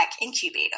incubator